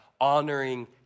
honoring